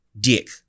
dick